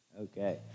Okay